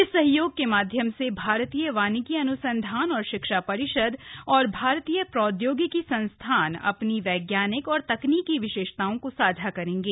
इस सहयोग के माध्यम से भारतीय वानिकी अन्संधान एवं शिक्षा परिषद और भारतीय प्रौद्योगिकी संस्थान अपनी वैज्ञानिक और तकनीकी विशेषज्ञताओं को साझा करेंगे